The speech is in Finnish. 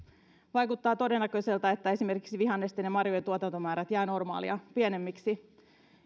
vaikuttaa todennäköiseltä että esimerkiksi vihannesten ja marjojen tuotantomäärät jäävät normaalia pienemmiksi